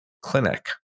clinic